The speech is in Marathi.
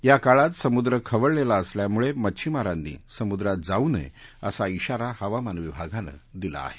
या काळात समुद्र खवळलेला असल्यामुळे मच्छीमारांनी समुद्रात जाऊ नये असा शिवारा हवामान विभागानं दिला आहे